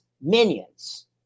minions